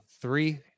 Three